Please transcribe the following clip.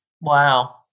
Wow